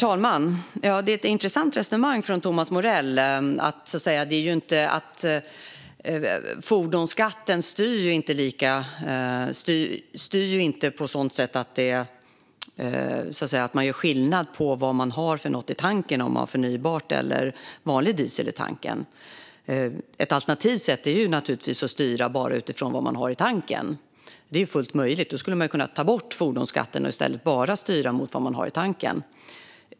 Herr talman! Thomas Morells resonemang är intressant. Fordonsskatten styr inte på ett sådant sätt att det man har i tanken, förnybart eller vanlig diesel, gör skillnad. Ett alternativt sätt är att styra bara utifrån vad man har i tanken. Det är fullt möjligt. Då skulle vi kunna ta bort fordonsskatten och i stället styra bara utifrån vad man har i tanken.